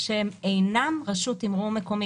שאינן רשות תימרור מקומית,